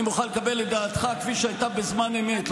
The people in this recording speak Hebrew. אני מוכן לקבל את דעתך כפי שהייתה בזמן אמת,